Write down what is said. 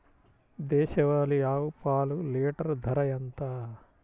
దేశవాలీ ఆవు పాలు లీటరు ధర ఎంత?